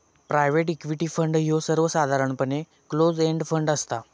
private equity fund ह्यो सर्वसाधारणपणे close end fund असता